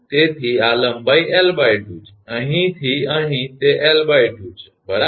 તેથી આ લંબાઈ 𝑙2 છે અહીંથી અહીં તે 𝑙2 છે બરાબર